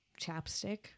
ChapStick